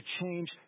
change